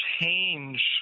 change